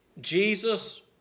Jesus